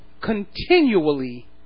continually